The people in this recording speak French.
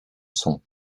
sont